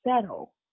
settle